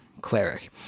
cleric